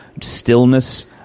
stillness